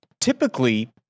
typically